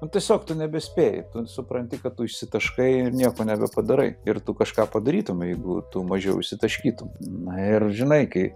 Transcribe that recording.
na tiesiog nebespėji supranti kad išsitaškai nieko nebepadarai ir tu kažką padarytumei jeigu tu mažiau išsitaškytum nu ir žinai kai